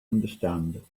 understand